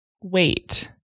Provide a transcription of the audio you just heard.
wait